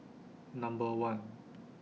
Number one